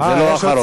זה לא האחרון.